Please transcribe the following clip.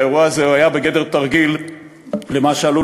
האירוע הזה היה בגדר תרגיל למה שעלול